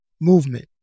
movement